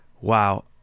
Wow